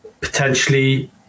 Potentially